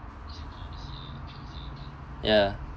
ya